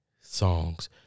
songs